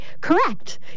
correct